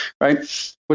right